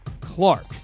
Clark